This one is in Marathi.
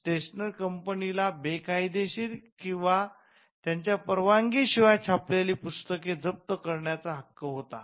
स्टेशनरच्या कंपनीला बेकायदेशीर किंवा त्यांच्या परवानगी शिवाय छापलेली पुस्तके जप्त करण्याचा हक्क होता